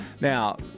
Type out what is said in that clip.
Now